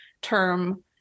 term